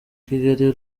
kigali